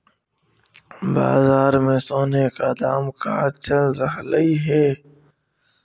बाजार में सोने का दाम का चल रहलइ हे